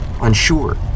unsure